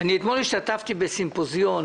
אני אתמול השתתפתי בסימפוזיון